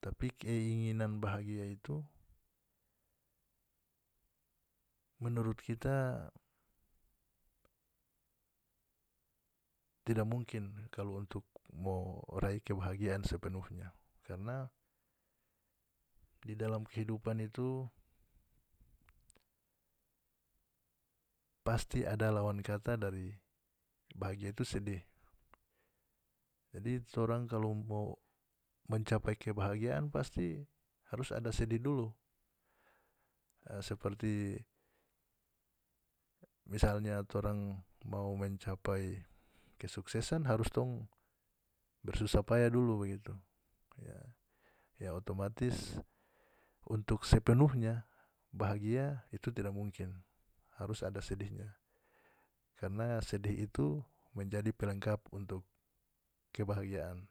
tapi keinginan bahagia itu menurut kita tidak mungkin kalu untuk mo raih kebahagiaan sepenuhnya karna di dalam kehidupan itu pasti ada lawan kata dari bahagia itu sedih jadi torang kalu mau mencapai kebahagiaan pasti harus ada sedih dulu seperti misalnya torang mau mencapai kesuksesan harus tong bersusah payah dulu begitu ya ya otomatis untuk sepenuhnya bahagia itu tidak mungkin harus ada sedihnya karna sedih itu menjadi pelengkap untuk kebahagiaan.